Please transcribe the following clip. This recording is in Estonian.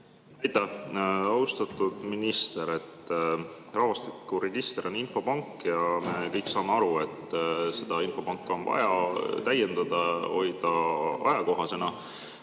Aitäh! Austatud minister! Rahvastikuregister on infopank ja me kõik saame aru, et seda infopanka on vaja täiendada, hoida ajakohasena.